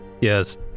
Yes